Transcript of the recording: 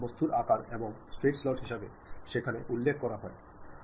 বস্তুর আকার একটি স্ট্রেইট স্লট হিসাবে সেখানে উল্লেখ করা হয়